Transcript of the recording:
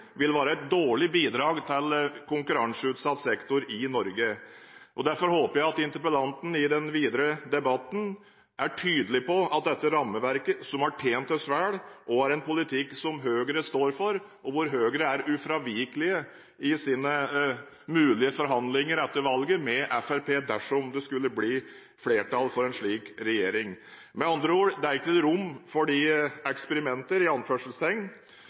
vil være et dårlig bidrag til konkurranseutsatt sektor i Norge. Derfor håper jeg at interpellanten i den videre debatten er tydelig på at dette rammeverket, som har tjent oss vel, også er en politikk som Høyre står for, og at Høyre vil være ufravikelig i sine mulige forhandlinger med Fremskrittspartiet etter valget – dersom det skulle bli flertall for en slik regjering. Det er med andre ord ikke rom for de